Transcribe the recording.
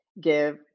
give